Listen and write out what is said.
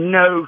no